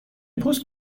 پست